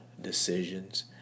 decisions